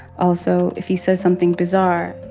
also, if he says something bizarre.